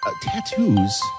tattoos